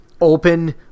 open